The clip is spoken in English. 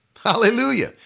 Hallelujah